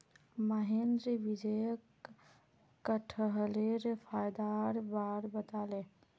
महेंद्र विजयक कठहलेर फायदार बार बताले